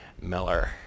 Miller